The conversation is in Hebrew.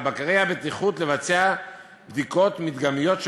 על בקרי הבטיחות לבצע בדיקות מדגמיות של